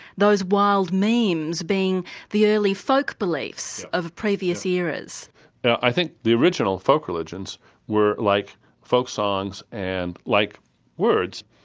those wild memes being the early folk beliefs of previous eras. now i think the original folk religions were like folk songs and like words.